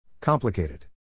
Complicated